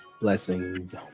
Blessings